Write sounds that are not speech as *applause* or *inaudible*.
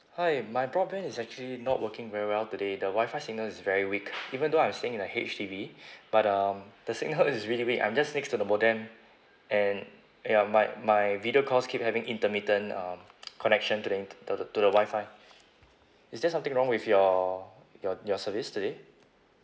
hi my broadband is actually not working very well today the wi-fi signal is very weak even though I'm staying in a H_D_B but um the signal *laughs* is really weak I'm just next to the modem and ya my my video calls keep having intermittent um *noise* connection to the int~ to the to the wi-fi is there something wrong with your your your service today